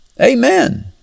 Amen